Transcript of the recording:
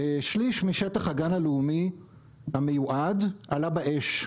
שליש משטח הגן הלאומי המיועד עלה באש,